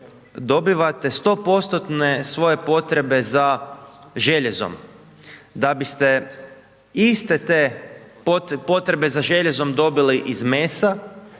dobivate 100% svoje potrebe za željezom, da biste iste te potrebe za željezom dobili iz mesa,